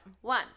One